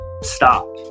stop